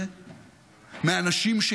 ולזה יש רק תשובה אחת: מאנשים עובדים.